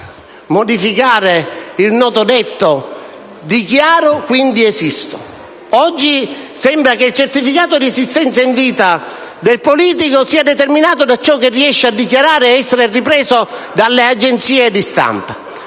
modificare il noto detto nel seguente modo: dichiaro, quindi esisto. Oggi sembra che il certificato di esistenza in vita del politico sia determinato da ciò che riesce a dichiarare o a far riprendere dalle agenzie di stampa.